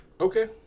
Okay